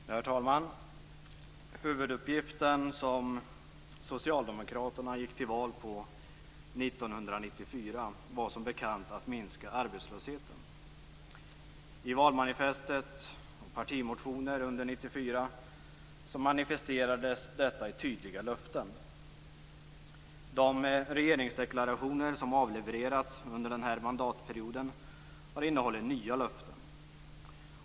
Herr talman! Huvuduppgiften som Socialdemokraterna gick till val på 1994 var som bekant att minska arbetslösheten. I valmanifestet och partimotioner under 1994 manifesterades detta i tydliga löften. De regeringsdeklarationer som avlevererats under denna mandatperiod har innehållit nya löften.